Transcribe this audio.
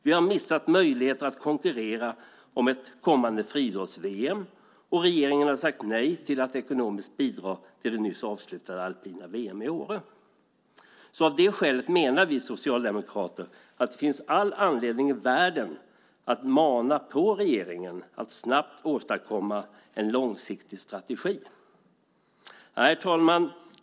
Vi har missat möjligheter att konkurrera om ett kommande friidrotts-VM, och regeringen har sagt nej till att ekonomiskt bidra till det nyss avslutade alpina VM:et i Åre. Av det skälet menar vi socialdemokrater att det finns all anledning i världen att mana på regeringen att snabbt åstadkomma en långsiktig strategi. Herr talman!